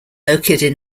located